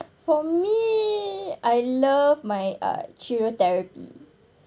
for me I love my uh cheer~ therapy